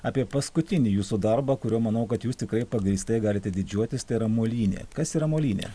apie paskutinį jūsų darbą kuriuo manau kad jūs tikrai pagrįstai galite didžiuotis tai yra molynė kas yra molynė